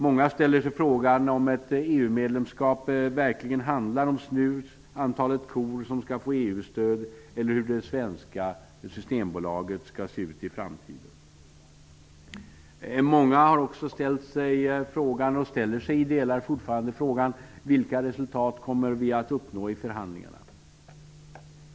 Många ställer sig frågan om ett EU-medlemskap verkligen handlar om snus, antalet kor som skall få EU-stöd eller hur svenska Systembolaget skall se ut i framtiden. Många har också ställt sig och ställer sig fortfarande frågan: Vilka resultat kommer vi att nå i förhandlingarna?